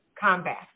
combat